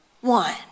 one